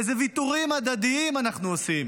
איזה ויתורים הדדיים אנחנו עושים